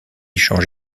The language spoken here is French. change